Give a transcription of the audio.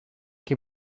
che